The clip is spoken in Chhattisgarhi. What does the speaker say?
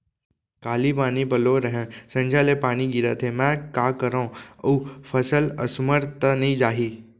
काली पानी पलोय रहेंव, संझा ले पानी गिरत हे, मैं का करंव अऊ फसल असमर्थ त नई जाही?